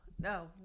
No